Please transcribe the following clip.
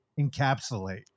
encapsulate